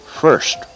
First